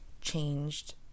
changed